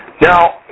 Now